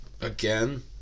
again